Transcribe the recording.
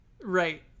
Right